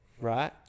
Right